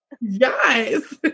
Yes